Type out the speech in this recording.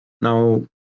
Now